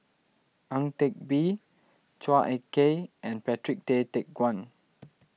Ang Teck Bee Chua Ek Kay and Patrick Tay Teck Guan